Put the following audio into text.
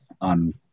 on